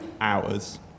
hours